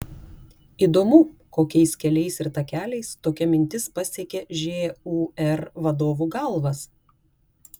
įdomu kokiais keliais ir takeliais tokia mintis pasiekė žūr vadovų galvas